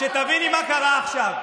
שתביני מה קרה עכשיו.